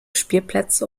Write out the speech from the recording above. spielplätze